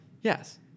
Yes